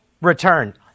return